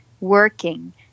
working